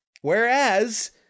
Whereas